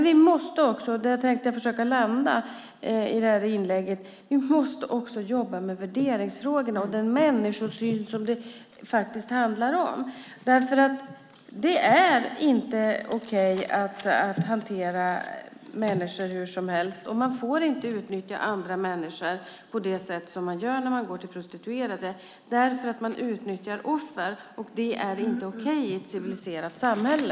Vi måste också - där tänkte jag försöka landa i det här inlägget - jobba med värderingsfrågorna och den människosyn som det faktiskt handlar om. Det är inte okej att hantera människor hur som helst. Man får inte utnyttja andra människor på det sätt som man gör när man går till prostituerade. Det är fråga om att utnyttja offer. Det är inte okej i ett civiliserat samhälle.